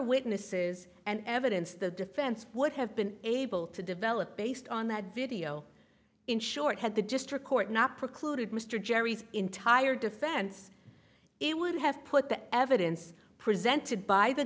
witnesses and evidence the defense would have been able to develop based on that video in short had the district court not precluded mr jerry's entire defense it would have put the evidence presented by the